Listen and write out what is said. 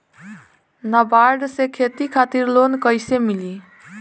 नाबार्ड से खेती खातिर लोन कइसे मिली?